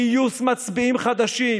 גיוס מצביעים חדשים,